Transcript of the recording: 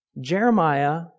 Jeremiah